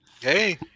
hey